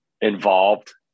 involved